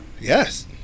yes